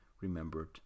remembered